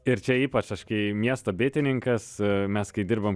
ir čia ypač aš kai miesto bitininkas mes kai dirbam